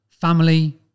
family